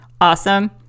awesome